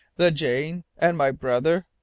the jane and my brother?